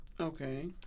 okay